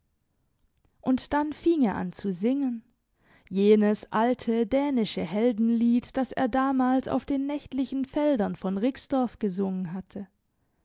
und dann fing er an zu singen jenes alte dänische heldenlied das er damals auf den nächtlichen feldern von rixdorf gesungen hatte